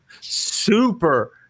super